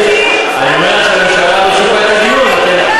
אני אומרת, לא מתאים לך להתנגד לזה.